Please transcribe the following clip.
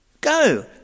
Go